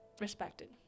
respected